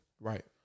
Right